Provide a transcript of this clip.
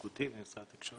לגבי המשרד להגנת הסביבה,